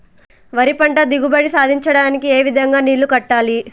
వరి పంట దిగుబడి సాధించడానికి, ఏ విధంగా నీళ్లు కట్టాలి?